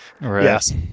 yes